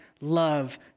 love